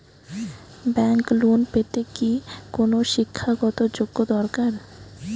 Bank loan পেতে কি কোনো শিক্ষা গত যোগ্য দরকার?